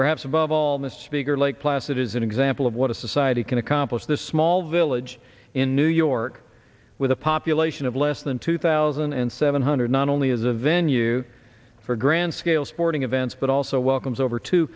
perhaps above all this figure lake placid is an example of what a society can accomplish this small village in new york with a population of less than two thousand and seven hundred not only as a venue for grand scale sporting events but also welcomes over two